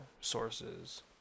sources